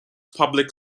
public